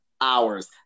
hours